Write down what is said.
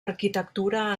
arquitectura